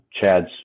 Chad's